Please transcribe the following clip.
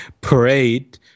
parade